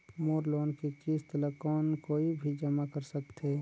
मोर loan के किस्त ल कौन कोई भी जमा कर सकथे?